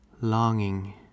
Longing